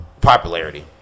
Popularity